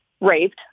raped